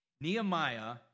Nehemiah